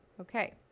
Okay